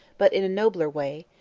but in a nobler way,